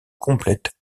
complète